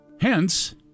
Hence